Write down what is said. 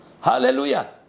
Hallelujah